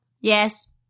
Yes